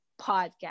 podcast